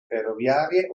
ferroviarie